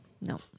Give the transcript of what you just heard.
No